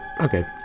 Okay